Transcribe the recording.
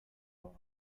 all